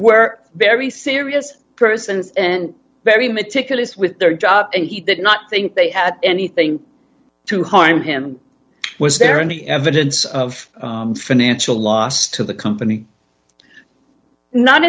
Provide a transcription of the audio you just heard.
were very serious persons and very meticulous with their job and he did not think they had anything to harm him was there any evidence of financial loss to the company not